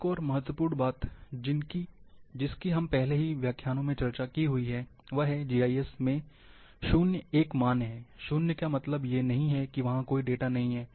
एक और बहुत महत्वपूर्ण बात जिसकी हमने पहले के व्याख्यानों में चर्चा की हुई है वह है जीआईएस में शून्य एक मान है शून्य का मतलब ये नहीं हाई कि वहाँ कोई डेटा नहीं है